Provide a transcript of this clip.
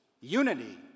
unity